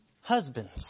husbands